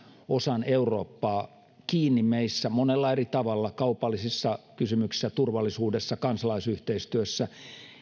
osan eurooppaa kiinni meissä monella eri tavalla kaupallisissa kysymyksissä turvallisuudessa kansalaisyhteistyössä